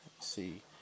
see